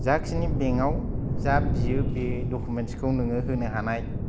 जाखिनि बेंकआव जा बियो बे डकुमेन्टसखौ नोङो होनो हानाय